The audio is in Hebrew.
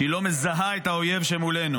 ושהיא לא מזהה את האויב שמולנו.